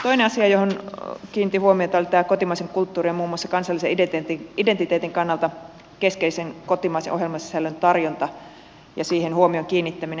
toinen asia johon kiinnitin huomiota oli tämä kotimaisen kulttuurin ja muun muassa kansallisen identiteetin kannalta keskeisen kotimaisen ohjelmasisällön tarjonta ja siihen huomion kiinnittäminen